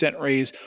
raise